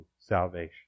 salvation